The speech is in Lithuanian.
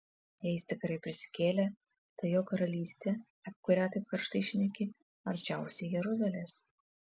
jei jis tikrai prisikėlė tai jo karalystė apie kurią taip karštai šneki arčiausiai jeruzalės